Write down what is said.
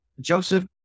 Joseph